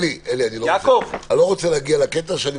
אלי, אני לא רוצה להגיע לקטע שאני מבקש ממך לצאת.